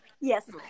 Yes